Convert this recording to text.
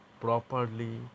properly